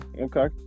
Okay